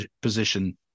position